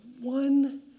one